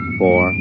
four